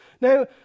Now